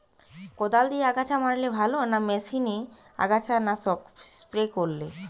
কদাল দিয়ে আগাছা মারলে ভালো না মেশিনে আগাছা নাশক স্প্রে করে?